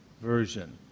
version